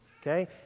okay